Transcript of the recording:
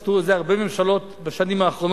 עשו את זה הרבה ממשלות בשנים האחרונות,